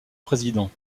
président